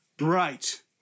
Right